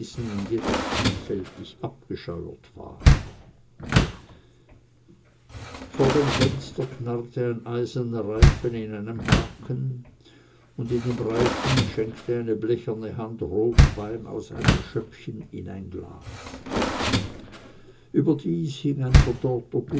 und jetzt vielfältig abgescheuert waren vor dem fenster knarrte ein eiserner reifen in einem haken und in dem reifen schenkte eine blecherne hand rotwein aus einem schöppchen in ein glas überdies hing ein verdorrter